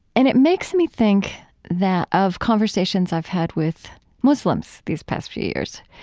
and it makes me think that of conversations i've had with muslims these past few years.